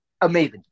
amazing